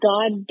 God